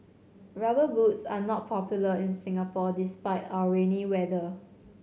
Rubber Boots are not popular in Singapore despite our rainy weather